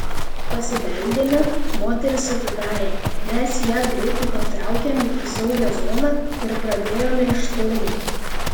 pasibeldėme moteris atidarė mes ją greitai patraukėme į saugią zoną ir pradėjome šturmą